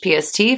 PST